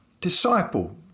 Disciple